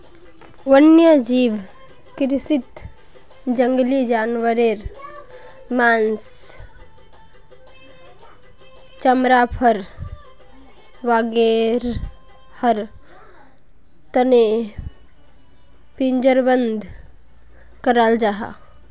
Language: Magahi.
वन्यजीव कृषीत जंगली जानवारेर माँस, चमड़ा, फर वागैरहर तने पिंजरबद्ध कराल जाहा